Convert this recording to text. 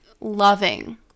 loving